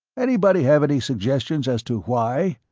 anybody have any suggestions as to why?